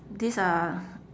these are